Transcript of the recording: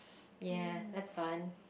ya that's fun